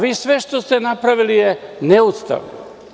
Vi sve što ste napravili je neustavno.